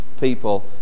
people